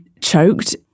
choked